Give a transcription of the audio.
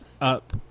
up